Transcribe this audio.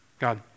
God